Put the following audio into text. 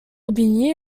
aubigny